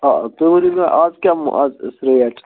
آ تُہۍ ؤنِو مےٚ اَز کیٛاہ مازَس ریٹ